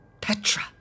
Petra